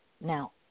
Now